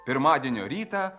pirmadienio rytą